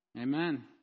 Amen